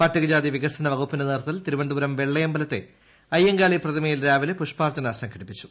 പട്ടികജാതിവികസന വകുപ്പിന്റെ ്നേതൃത്വത്തിൽതിരുവനന്തപുരം വെള്ളയമ്പലത്തെ അയ്യങ്കാളി പ്രതിമയിൽരാവിലെ പുഷ്പാർച്ചന സംഘടിപ്പിച്ചു